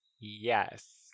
Yes